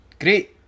Great